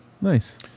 nice